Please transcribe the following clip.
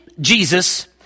Jesus